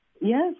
Yes